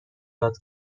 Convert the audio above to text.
یاد